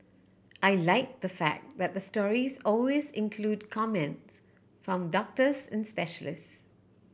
I like the fact that the stories always include comments from doctors and specialist